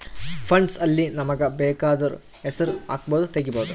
funds ಅಲ್ಲಿ ನಮಗ ಬೆಕಾದೊರ್ ಹೆಸರು ಹಕ್ಬೊದು ತೆಗಿಬೊದು